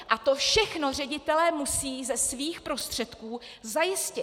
A to všechno ředitelé musí ze svých prostředků zajistit.